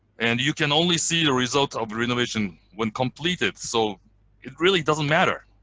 and you can only see the result of renovation when completed. so it really doesn't matter.